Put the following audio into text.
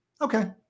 okay